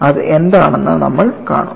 അത് എന്താണെന്ന് നമ്മൾ കാണും